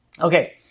Okay